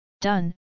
done